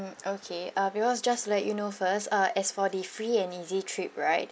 mm okay uh because just to let you know first uh as for the free and easy trip right